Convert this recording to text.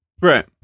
Right